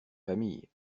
famille